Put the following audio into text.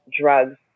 drugs